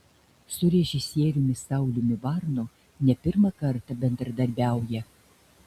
su režisieriumi sauliumi varnu ne pirmą kartą bendradarbiauja